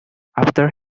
after